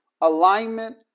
alignment